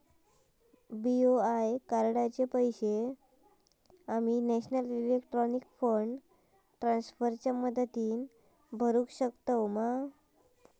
BOI कार्डाचे पैसे आम्ही नेशनल इलेक्ट्रॉनिक फंड ट्रान्स्फर च्या मदतीने भरुक शकतू मा?